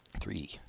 Three